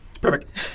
Perfect